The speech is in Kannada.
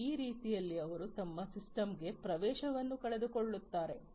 ಮತ್ತು ಆ ರೀತಿಯಲ್ಲಿ ಅವರು ತಮ್ಮ ಸಿಸ್ಟಮ್ಗೆ ಪ್ರವೇಶವನ್ನು ಕಳೆದುಕೊಳ್ಳುತ್ತಾರೆ